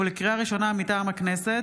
לקריאה ראשונה, מטעם הכנסת: